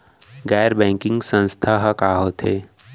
गैर बैंकिंग संस्था ह का होथे?